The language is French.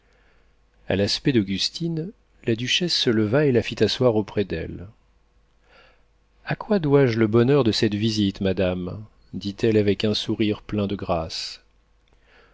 a l'aspect d'augustine la duchesse se leva et la fit asseoir auprès d'elle a quoi dois-je le bonheur de cette visite madame dit-elle avec un sourire plein de grâces